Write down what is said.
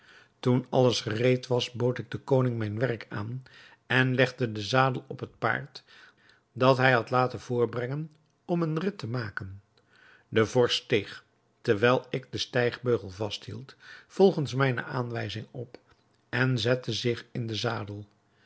toen alles gereed was bood ik den koning mijn werk aan en legde den zadel op het paard dat hij had laten voorbrengen om een rid te maken de vorst steeg terwijl ik den stijgbeugel vasthield volgens mijne aanwijzing op en zette zich in den zadel